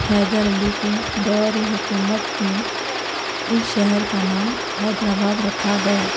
حیدر علی کے دور حکومت میں اس شہر کا نام حیدر آباد رکھا گیا